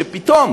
שפתאום